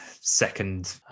second